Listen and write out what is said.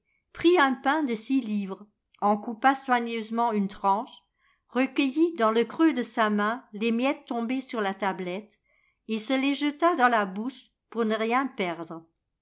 prit un pain de six livres en coupa soigneusement une tranche recueillit dans le creux de sa main les miettes tombées sur la tablette et se les jeta dans la bouche pour ne rien perdre